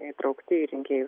įtraukti į rinkėjų